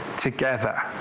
together